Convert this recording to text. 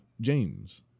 James